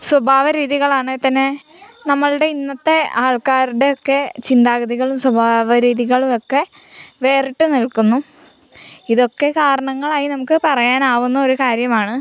സ്വഭാവ രീതികളാണെങ്കിൽ തന്നെ നമ്മുടെ ഇന്നത്തെ ആൾക്കാരുടെയൊക്കെ ചിന്താഗതികളും സ്വഭാവ രീതികളും ഒക്കെ വേറിട്ട് നിൽക്കുന്നു ഇതൊക്കെ കാരണങ്ങളായി നമുക്ക് പറയാനാവുന്ന ഒരു കാര്യമാണ്